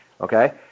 okay